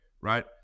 right